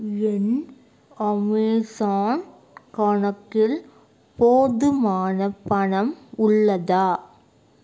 என் Amazon கணக்கில் போதுமான பணம் உள்ளதா